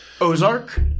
Ozark